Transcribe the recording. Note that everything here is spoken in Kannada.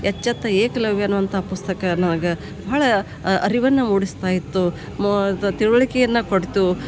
ಎಚ್ಚೆತ್ತ ಏಕಲವ್ಯನು ಅಂತ ಪುಸ್ತಕ ನನಗೆ ಬಹಳ ಅರಿವನ್ನು ಮೂಡಿಸ್ತಾ ಇತ್ತು ಮೋ ಅದ ತಿಳಿವಳಿಕೆಯನ್ನ ಕೊಟ್ತು